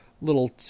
little